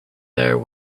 there